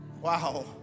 Wow